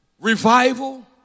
revival